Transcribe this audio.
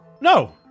No